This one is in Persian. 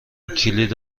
کلید